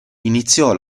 iniziò